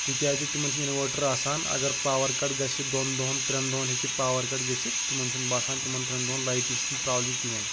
تِکیازِ تِمن چھِ اِنوٲٹر آسان اگر پاوَر کَٹ گژھِ دۄن دۄہن ترٛٮ۪ن دۄہن ہیٚکہِ پاور کَٹ گٔژھِتھ تِمن چھُنہٕ باسان تِمن ترٛٮ۪ن دۄہن لایٹہِ پرٛابلِم کِہیٖنۍ نہٕ